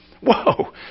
Whoa